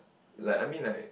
like I mean like